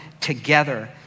together